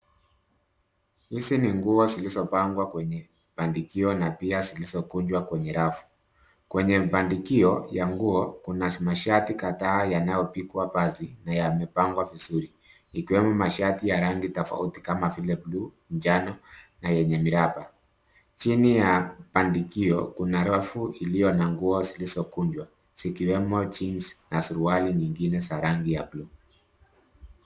Hizi ni nguo zilizopangwa kwenye bandikio na pia zilizokunjwa kwenye rafu. Kwenye bandikio ya nguo kuna mashati kadhaa yanayopigwa pasi na yamepangwa vizuri ikiwemo mashati ya rangi tofauti kama vile blue ,njano na yenye miraba. Chini ya bandikio kuna rafu iliyo na nguo zilizokunjwa zikiwemo jeans na suruali nyingine za rangi ya blue .